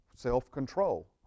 self-control